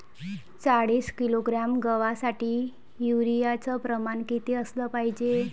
चाळीस किलोग्रॅम गवासाठी यूरिया च प्रमान किती असलं पायजे?